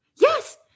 Yes